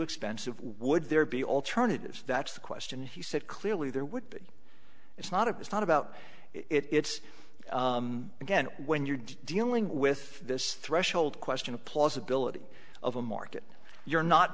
expensive would there be alternatives that's the question he said clearly there would be it's not it was not about it's again when you're dealing with this threshold question of plausibility of a market you're not